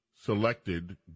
selected